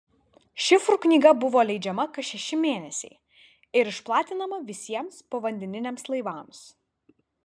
šifrų knyga buvo leidžiama kas šeši mėnesiai ir išplatinama visiems povandeniniams laivams